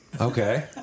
Okay